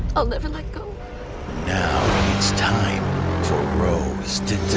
i'll never let go now it's time for rose to